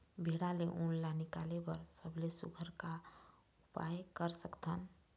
भेड़ा ले उन ला निकाले बर सबले सुघ्घर का उपाय कर सकथन?